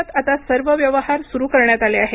राज्यात आता सर्व व्यवहार सुरु करण्यात आले आहेत